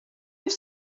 have